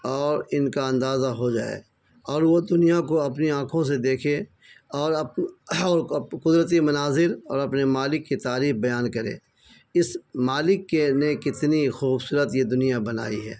اور ان کا اندازہ ہو جائے اور وہ دنیا کو اپنی آنکھوں سے دیکھیں اور اپنے اور قدرتی مناظر اور اپنے مالک کی تعریف بیان کرے اس مالک کے نے کتنی خوبصورت یہ دنیا بنائی ہے